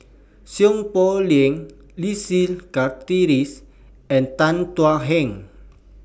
Seow Poh Leng Leslie Charteris and Tan Thuan Heng